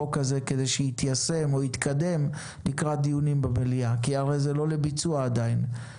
בחוק הזה כדי שיתקדם לקראת דיון במליאה כי זה לא לביצוע עדיין,